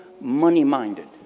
money-minded